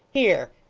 here!